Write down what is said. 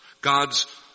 God's